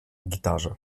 gitarze